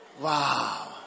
Wow